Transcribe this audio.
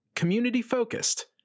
Community-focused